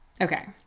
Okay